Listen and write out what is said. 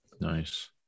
Nice